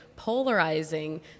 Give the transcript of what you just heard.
polarizing